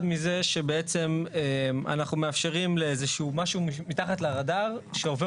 מזה שאנחנו בעצם מאפשרים לאיזה שהוא משהו מתחת לרדאר שעובר